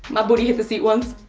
my booty hit the seat once.